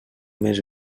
més